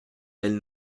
elle